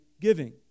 giving